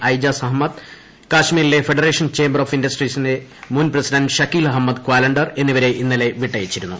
ഐജാസ് അഹമ്മദ് കാശ്മിരിലെ federation chamber of ഇൻഡസ്ട്രീസിന്റെ മുൻ പ്രസിഡന്റ് ഷക്കീൽ അഹമ്മദ് ൂക്വാലണ്ടർ എന്നിവരെ ഇന്നലെ വിട്ടയച്ചിരുന്നു